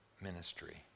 ministry